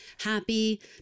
happy